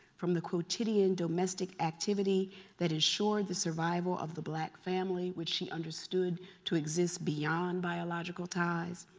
from the quotidian domestic activity that ensured the survival of the black family which she understood to exist beyond biological ties,